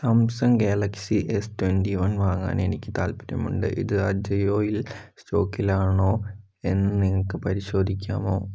Samsung Galaxy S twenty one വാങ്ങാൻ എനിക്ക് താൽപ്പര്യമുണ്ട് ഇത് അജിയോയിൽ സ്റ്റോക്കിലാണോ എന്ന് നിങ്ങൾക്ക് പരിശോധിക്കാമോ